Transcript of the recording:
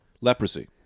Leprosy